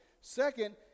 Second